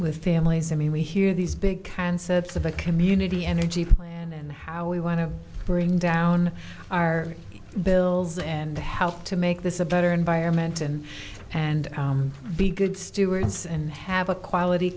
with families i mean we hear these big can sets of a community energy plan and how we want to bring down our bills and help to make this a better environment and and be good stewards and have a quality